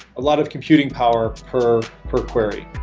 a lot of computing power per per query